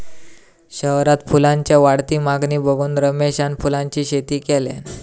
शहरात फुलांच्या वाढती मागणी बघून रमेशान फुलांची शेती केल्यान